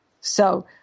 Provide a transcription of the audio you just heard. So-